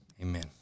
Amen